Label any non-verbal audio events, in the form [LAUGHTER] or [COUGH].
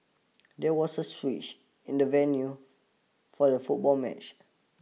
[NOISE] there was a switch in the venue [UNINTELLIGIBLE] for the football match